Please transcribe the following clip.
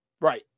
Right